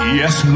yes